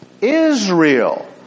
Israel